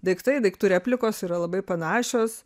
daiktai daiktų replikos yra labai panašios